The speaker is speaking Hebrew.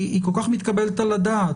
היא כל כך מתקבלת על הדעת,